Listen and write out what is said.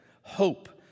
Hope